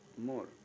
more